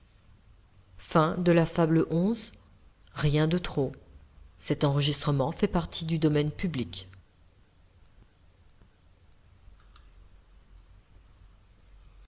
s'accoutumer de trop